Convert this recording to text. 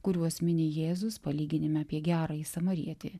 kuriuos mini jėzus palyginime apie gerąjį samarietį